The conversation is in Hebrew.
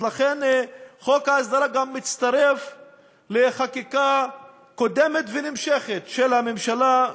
אז לכן חוק ההסדרה גם מצטרף לחקיקה קודמת ונמשכת של הממשלה,